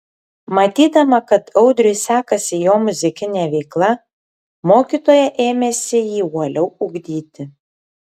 matydama kad audriui sekasi jo muzikinė veikla mokytoja ėmėsi jį uoliau ugdyti